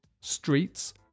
Streets